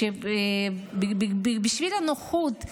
בשביל הנוחות,